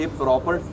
proper